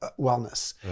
wellness